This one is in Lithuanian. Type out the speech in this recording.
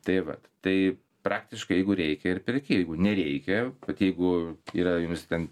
tai vat tai praktiškai jeigu reikia ir perki jeigu nereikia vat jeigu yra jums ten